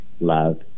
love